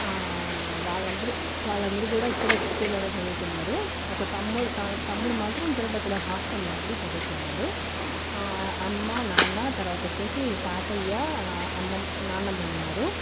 వాళ్ళందరూ వాళ్ళందరూ కూడా ఇక్కడే పుత్తూరులోనే చదువుకున్నారు ఒక తమ్ముడు తమ్ముడు మాత్రం తిరుపతిలో హాస్టల్లో ఉండి చదువుకున్నాడు అమ్మ నాన్న తర్వాత వచ్చేసి తాతయ్య అమ్మమ్మ నాన్నమ్మ ఉన్నారు